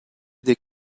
des